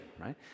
right